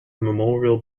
memorial